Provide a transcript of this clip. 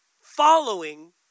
following